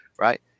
right